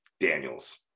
Daniels